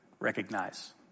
Recognize